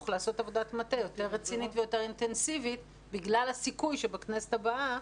לעשות עבודת מטה יותר רצינית ויותר אינטנסיבית בגלל הסיכוי שבכנסת הבאה